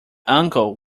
uncle